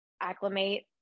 acclimate